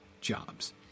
jobs